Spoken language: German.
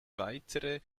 weitere